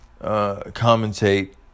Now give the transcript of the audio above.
Commentate